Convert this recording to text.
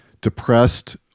depressed